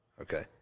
Okay